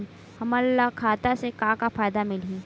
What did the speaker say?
हमन ला खाता से का का फ़ायदा मिलही?